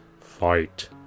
fight